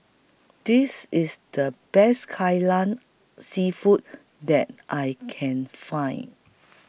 This IS The Best Kai Lan Seafood that I Can Find